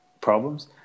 problems